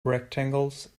rectangles